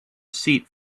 seat